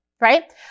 right